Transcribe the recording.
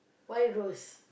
why rose